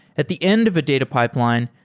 at the end of a data pipeline,